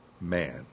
man